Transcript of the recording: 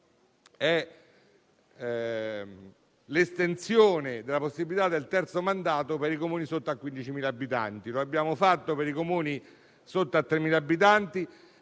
dell'estensione della possibilità del terzo mandato per i Comuni sotto i 15.000 abitanti come abbiamo fatto per i Comuni sotto i 3.000 abitanti.